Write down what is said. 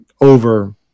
over